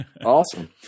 Awesome